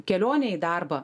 kelionę į darbą